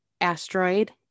Asteroid